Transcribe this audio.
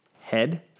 head